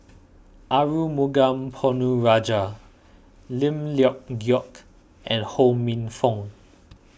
Arumugam Ponnu Rajah Lim Leong Geok and Ho Minfong